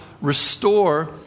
restore